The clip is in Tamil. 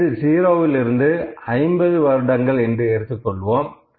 வயது 0 லிருந்து 50 வருடங்கள் என்று எடுத்துக் கொள்வோம்